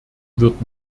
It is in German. wird